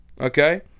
Okay